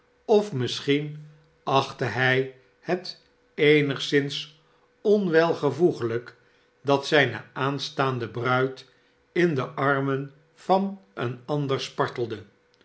of misschien achtte hij het eenigszins onwelvoegelijk dat zijne aanstaande bruid in de armen van een ander spartelde